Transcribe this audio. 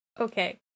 Okay